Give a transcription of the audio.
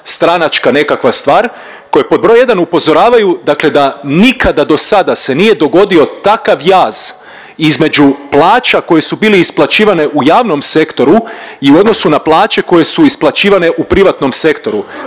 stranačka nekakva stvar koji pod broj jedan upozoravaju dakle da nikada dosada se nije dogodio takav jaz između plaća koje su bili isplaćivane u javnom sektoru i u odnosu na plaće koje su isplaćivane u privatnom sektoru,